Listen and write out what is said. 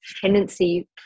tendency